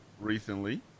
recently